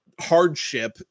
hardship